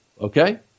Okay